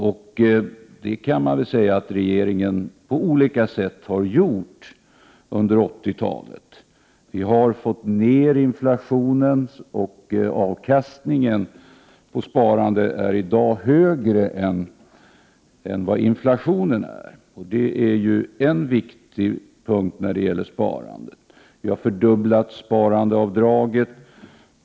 Och det kan man väl säga att regeringen på olika sätt har gjort under 1980-talet. Vi har fått ner inflationen, och avkastningen på sparandet är i dag högre än inflationen. Det är ju en viktig faktor när det gäller sparande. Vi har fördubblat sparandeavdraget.